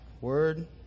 word